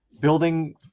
building